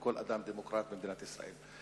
ולכל דמוקרט במדינת ישראל.